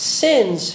sins